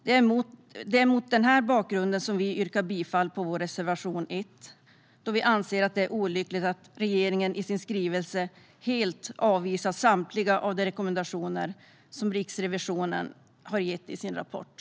Det är mot den bakgrunden som vi yrkar bifall till vår reservation 1 då vi anser att det är olyckligt att regeringen i sin skrivelse helt avvisar samtliga av de rekommendationer som Riksrevisionen har gett i sin rapport.